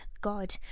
god